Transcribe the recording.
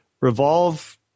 Revolve